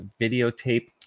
videotape